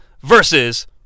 versus